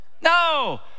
No